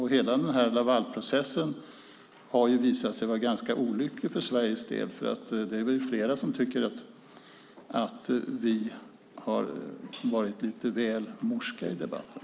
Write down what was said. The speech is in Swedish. Hela Lavalprocessen har visat sig vara ganska olycklig för Sveriges del, för det är flera som tycker att vi har varit lite väl morska i debatten.